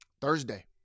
thursday